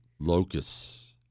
Locusts